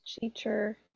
teacher